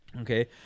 Okay